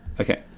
Okay